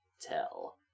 tell